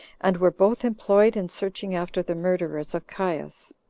and were both employed in searching after the murderers of caius.